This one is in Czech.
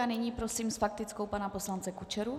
Nyní prosím s faktickou pana poslance Kučeru.